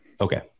Okay